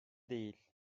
değil